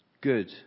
good